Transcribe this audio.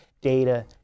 data